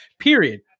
Period